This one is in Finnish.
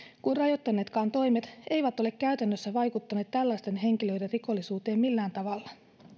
kuin rajoittaneetkaan toimet eivät ole käytännössä vaikuttaneet tällaisten henkilöiden rikollisuuteen millään tavalla